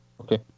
Okay